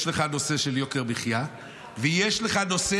יש לך הנושא של יוקר המחיה ויש לך דברים